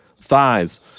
thighs